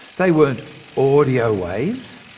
they weren't audio waves,